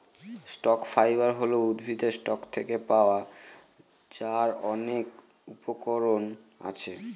stock fibre হল উদ্ভিদের stock থেকে পাওয়া যার অনেক উপকরণ আছে